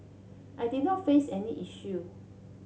I did not face any issue